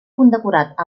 condecorat